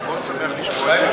אני מאוד שמח לשמוע את זה,